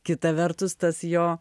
kita vertus tas jo